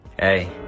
Hey